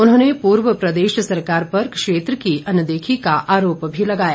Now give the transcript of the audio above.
उन्होंने पूर्व प्रदेश सरकार पर क्षेत्र की अनदेखी का आरोप भी लगाया